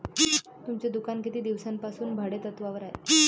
तुमचे दुकान किती दिवसांपासून भाडेतत्त्वावर आहे?